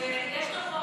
יש לכם